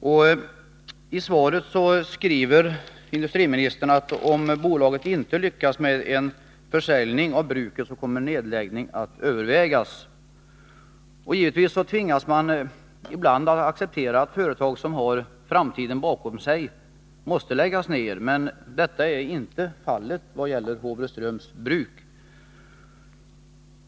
Industriministern säger i svaret, att om bolaget inte lyckas med en försäljning av bruket, kommer nedläggning att övervägas. Givetvis tvingas man ibland att acceptera att företag som så att säga har framtiden bakom sig måste läggas ner, men detta är inte fallet när det gäller Håvreströms Bruk.